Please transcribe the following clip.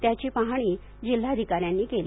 त्याची पाहणी जिल्हाधिका यांनी केली